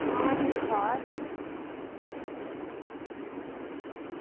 आं ठीक ठाक